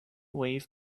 wave